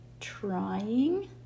trying